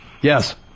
Yes